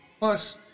Plus